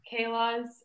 Kayla's